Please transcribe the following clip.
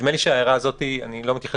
נדמה לי שההערה הזאת אני לא מתייחס